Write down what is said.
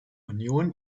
union